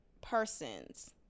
Persons